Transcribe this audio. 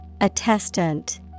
Attestant